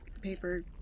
paper